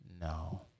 No